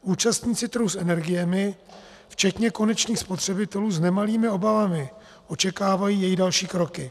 Účastníci trhu s energiemi včetně konečných spotřebitelů s nemalými obavami očekávají její další kroky.